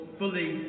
fully